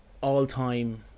all-time